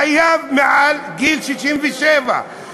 חייב מעל גיל 67,